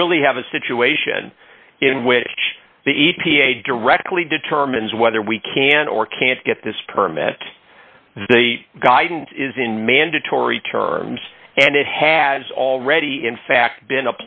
we really have a situation in which the e p a directly determines whether we can or can't get this permit the guidance is in mandatory terms and it has already in fact been